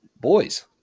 boys